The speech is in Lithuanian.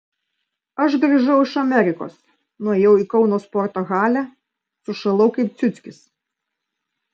aš grįžau iš amerikos nuėjau į kauno sporto halę sušalau kaip ciuckis